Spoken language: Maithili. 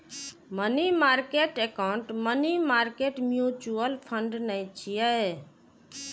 money market account money market mutual fund नै छियै